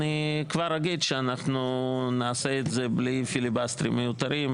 אני כבר אגיד שאנחנו נעשה את זה בלי פיליבסטרים מיותרים,